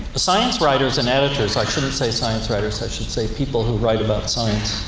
science writers and editors i shouldn't say science writers, i should say people who write about science